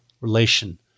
relation